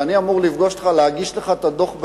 ואני אמור להגיש לך את הדוח,